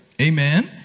Amen